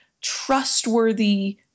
trustworthy